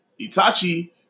Itachi